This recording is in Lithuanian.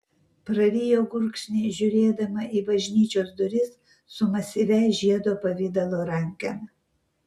prarijo gurkšnį žiūrėdama į bažnyčios duris su masyvia žiedo pavidalo rankena